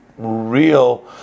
real